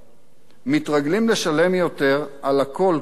מתרגלים לשלם יותר על הכול, כל הזמן,